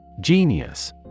Genius